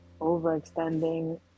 overextending